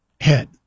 head